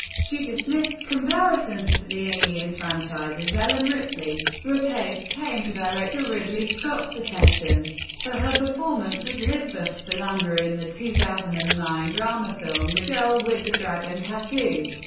she dismissed comparisons to the alien franchise's ellen ripley. rapace came to director ridley scott's attention for her performance as lisbeth salander in the two thousand and nine drama film the girl with the dragon tattoo.